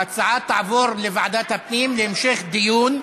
ההצעה תעבור לוועדת הפנים להמשך דיון.